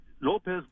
Lopez